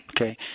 Okay